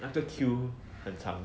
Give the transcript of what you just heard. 那个 queue 很长